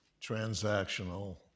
transactional